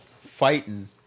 fighting